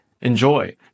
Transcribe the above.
Enjoy